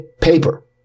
paper